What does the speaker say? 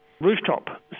rooftop